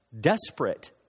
desperate